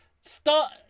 Start